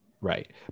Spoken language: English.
Right